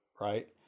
Right